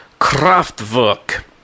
Kraftwerk